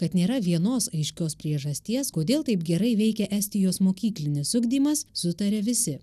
kad nėra vienos aiškios priežasties kodėl taip gerai veikia estijos mokyklinis ugdymas sutaria visi